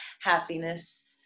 happiness